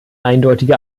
eindeutige